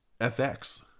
FX